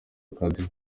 academy